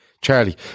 Charlie